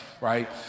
right